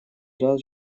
ряд